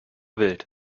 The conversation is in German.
wild